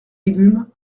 légumes